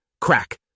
Crack